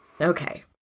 Okay